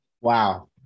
Wow